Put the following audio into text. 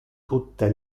tutte